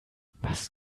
was